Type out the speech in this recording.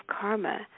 karma